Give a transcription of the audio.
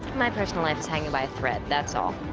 my personal life is hanging by a thread, that's all.